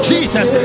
Jesus